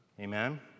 amen